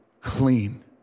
clean